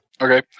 Okay